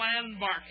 landmark